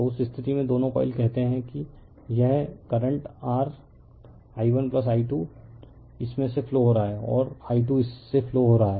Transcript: तो उस स्थिति में दोनों कॉइल कहते हैं कि यह करंट ri1i2 इसमें से फ्लो हो रहा है और i2इससे फ्लो हो रहा है